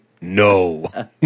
No